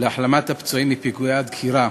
להחלמת הפצועים מפיגועי הדקירה